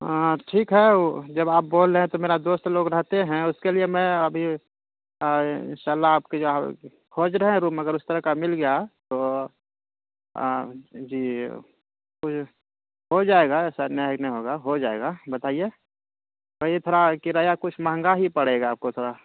ہاں ٹھیک ہے جب آپ بول رہے ہیں تو میرا دوست لوگ رہتے ہیں اس کے لیے میں ابھی ان شاء اللہ آپ کی جو کھوج رہے ہیں روم اگر اس طرح کا مل گیا تو جی ہو جائے گا ایسا نہیں ہے کہ نہیں ہوگا ہو جائے گا بتائیے وہی تھوڑا کرایہ کچھ مہنگا ہی پڑے گا آپ کو تھوڑا